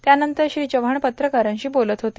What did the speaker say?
त्यानंतर श्री चव्हाण पत्रकारांशी बोलत होते